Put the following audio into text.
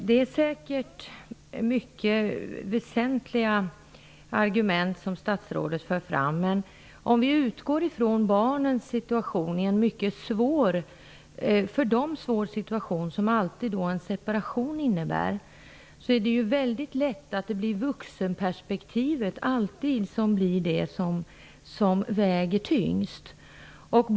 Herr talman! De argument som statsrådet för fram är säkert mycket väsentliga. Om vi utgår från barnens mycket svåra situation, som en separation alltid innebär, är det mycket lätt hänt att det ofta är vuxenperspektivet som blir det tyngst vägande perspektivet.